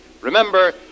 Remember